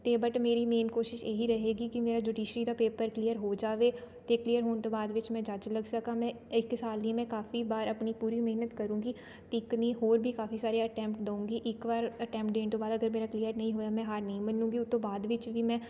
ਅਤੇ ਬਟ ਮੇਰੀ ਮੇਨ ਕੋਸ਼ਿਸ਼ ਇਹੀ ਰਹੇਗੀ ਕਿ ਮੇਰਾ ਜੁਡੀਸ਼ਰੀ ਦਾ ਪੇਪਰ ਕਲੀਅਰ ਹੋ ਜਾਵੇ ਅਤੇ ਕਲੀਅਰ ਹੋਣ ਤੋਂ ਬਾਅਦ ਵਿੱਚ ਮੈਂ ਜੱਜ ਲੱਗ ਸਕਾਂ ਮੈਂ ਇੱਕ ਸਾਲ ਨਹੀਂ ਮੈਂ ਕਾਫ਼ੀ ਬਾਰ ਆਪਣੀ ਪੂਰੀ ਮਿਹਨਤ ਕਰੂੰਗੀ ਇੱਕ ਨਹੀਂ ਹੋਰ ਵੀ ਕਾਫ਼ੀ ਸਾਰੇ ਅਟੈਂਮਪਟ ਦਊਂਗੀ ਇੱਕ ਵਾਰ ਅਟੈਂਮਪਟ ਦੇਣ ਤੋਂ ਬਾਅਦ ਅਗਰ ਮੇਰਾ ਕਲੀਅਰ ਨਹੀਂ ਹੋਇਆ ਮੈਂ ਹਾਰ ਨਹੀਂ ਮੰਨੂਗੀ ਉਸ ਤੋਂ ਬਾਅਦ ਵਿੱਚ ਵੀ ਮੈਂ